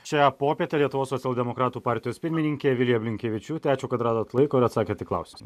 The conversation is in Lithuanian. šią popietę lietuvos socialdemokratų partijos pirmininkė vilija blinkevičiūtė ačiū kad radot laiko ir atsakėt į klausimus